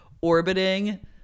orbiting